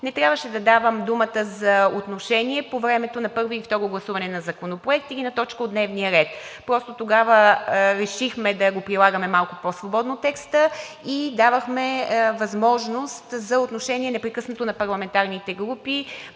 не трябваше да давам думата за отношение по времето на първо и второ гласуване на законопроекти или на точка от дневния ред. Тогава решихме да прилагаме малко по-свободно текста и давахме непрекъснато възможност за отношение на парламентарните групи.